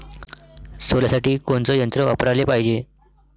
सोल्यासाठी कोनचं यंत्र वापराले पायजे?